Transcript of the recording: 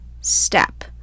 step